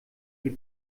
die